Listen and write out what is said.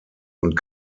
und